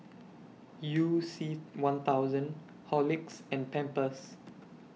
YOU C one thousand Horlicks and Pampers